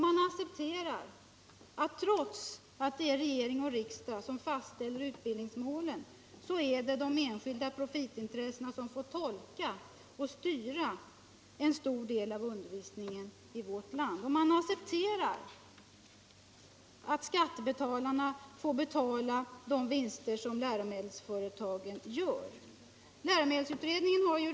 Man accepterar att trots att det är regering och riksdag som fastställer utbildningsmålen, så är det enskilda profitintressen som får tolka och styra en stor del av undervisningen i vårt land. Man accepterar att skattebetalarna får betala de vinster som läromedelsföretagen gör. Liromedelsutredningen har ju.